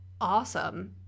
awesome